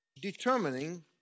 determining